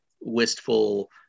wistful